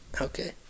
Okay